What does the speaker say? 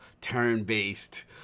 turn-based